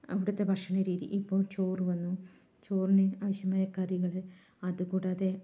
അവിടുത്തെ ഭക്ഷണരീതി ഇപ്പം ചോറ് വന്നു ചോറിന് ആവശ്യമായ കറികൾ അത് കൂടാതെ